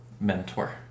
mentor